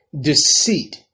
Deceit